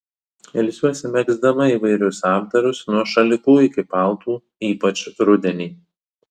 ilsiuosi megzdama įvairius apdarus nuo šalikų iki paltų ypač rudenį